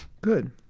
Good